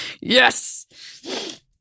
Yes